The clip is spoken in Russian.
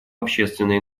общественной